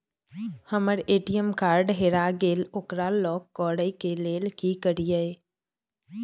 हमर ATM card हेरा गेल ओकरा लॉक करै के लेल की करियै?